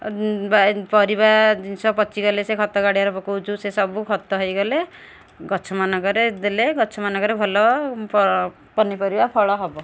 ପରିବା ଜିନିଷ ପଚିଗଲେ ସେ ଖତ ଗାଡ଼ିଆରେ ପକାଉଛୁ ସେ ସବୁ ଖତ ହେଇଗଲେ ଗଛ ମାନଙ୍କରେ ଦେଲେ ଗଛ ମାନଙ୍କରେ ଭଲ ପନିପରିବା ଫଳ ହବ